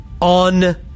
on